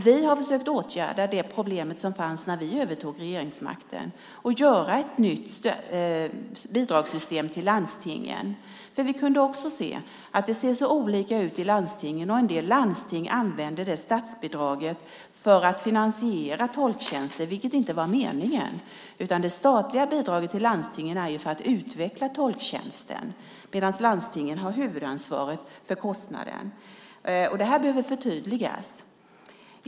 Vi har försökt att åtgärda det problem som fanns när vi övertog regeringsmakten och göra ett nytt bidragssystem till landstingen. Vi kunde också se att det ser så olika ut i landstingen. En del landsting använder statsbidraget för att finansiera tolktjänster, vilket inte var meningen. Det statliga bidraget till landstingen är till för att utveckla tolktjänsten medan landstingen har huvudansvaret för kostnaden. Det här behöver förtydligas.